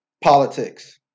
politics